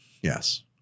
yes